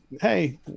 Hey